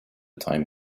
time